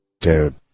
Dude